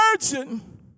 virgin